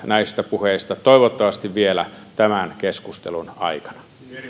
näistä puheista toivottavasti vielä tämän keskustelun aikana